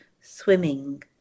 swimming